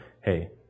hey